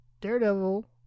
Daredevil